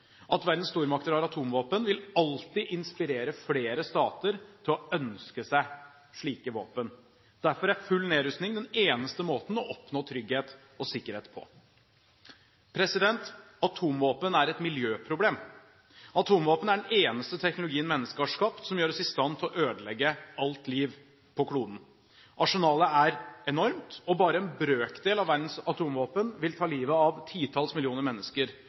At verdens stormakter har atomvåpen, vil alltid inspirere flere stater til å ønske seg slike våpen. Derfor er full nedrustning den eneste måten å oppnå trygghet og sikkerhet på. Atomvåpen er et miljøproblem. Atomvåpen er den eneste teknologien mennesker har skapt som gjør oss i stand til å ødelegge alt liv på kloden. Arsenalet er enormt, og bare en brøkdel av verdens atomvåpen vil ta livet av titalls millioner mennesker.